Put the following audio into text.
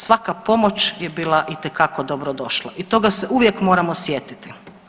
Svaka pomoć je bila itekako dobrodošla i toga se uvijek moramo sjetiti.